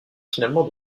finalement